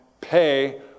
pay